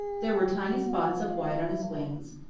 there were tiny spots of white on his wings,